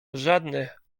żadnych